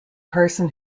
person